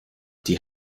die